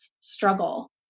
struggle